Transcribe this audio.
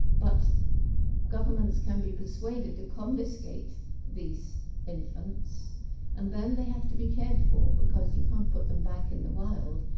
but governments can be persuaded to confiscate these infants and then they have to be cared for because you can't put them back in the wild,